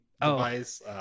device